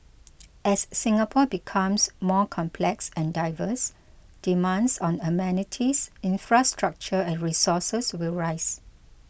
as Singapore becomes more complex and diverse demands on amenities infrastructure and resources will rise